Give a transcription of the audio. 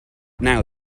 now